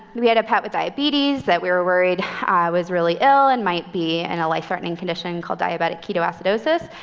we we had a pet with diabetes that we were worried was really ill and might be in a life-threatening condition called diabetic ketoacidosis.